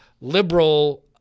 liberal